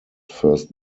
first